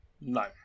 No